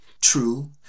true